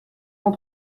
cent